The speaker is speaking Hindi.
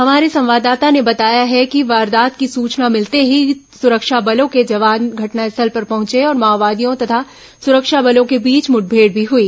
हमारे संवाददाता ने बताया कि वारदात की सूचना भिलते ही सुरक्षा बलों के जवान घटनास्थल पर पहुंचे और माओवादियों तथा सुरक्षा बलों के बीच मुठभेड़ भी हुई